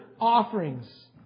offerings